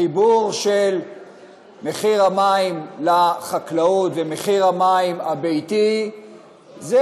החיבור של מחיר המים לחקלאות למחיר המים הביתי זה